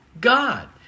God